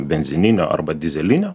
benzininio arba dyzelinio